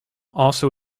also